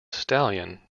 stallion